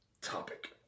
topic